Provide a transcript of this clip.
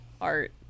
art